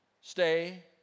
stay